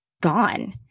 Gone